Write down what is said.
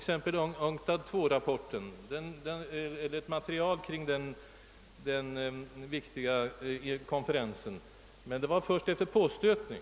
Detta gäller t.ex. materialet kring den viktiga konferensen UNCTAD II; men vi fick det först efter påstötning.